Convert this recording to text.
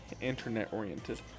internet-oriented